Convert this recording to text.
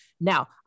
Now